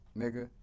nigga